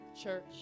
Church